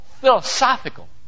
philosophical